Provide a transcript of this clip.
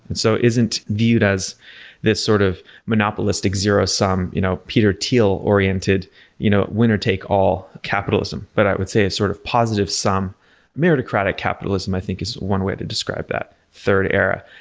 and so, isn't viewed as this sort of monopolistic zero sum, you know peter thiel-oriented you know winner-take-all capitalism, but i would say as sort of positive-sum meritocratic capitalism i think is one way to describe that third era.